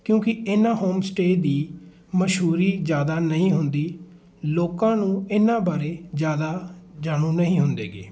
ਕਿਉਂਕਿ ਇਹਨਾਂ home stay ਦੀ ਮਸ਼ਹੂਰੀ ਜ਼ਿਆਦਾ ਨਹੀਂ ਹੁੰਦੀ ਲੋਕਾਂ ਨੂੰ ਇਹਨਾਂ ਬਾਰੇ ਜ਼ਿਆਦਾ ਜਾਣੂ ਨਹੀਂ ਹੁੰਦੇ ਹੈਗੇ